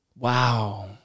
Wow